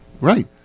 Right